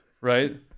right